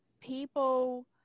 people